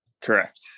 Correct